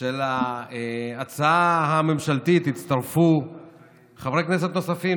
שלהצעה הממשלתית הצטרפו חברי כנסת נוספים,